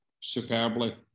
superbly